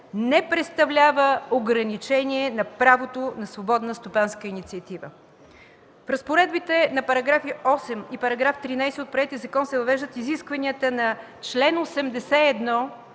не представлява ограничение на правото на свободна стопанска инициатива. С разпоредбите на параграфи 8 и 13 от приетия закон се въвеждат изискванията на чл. 81